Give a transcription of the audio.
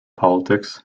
politics